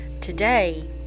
Today